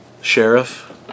sheriff